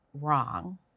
wrong